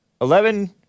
Eleven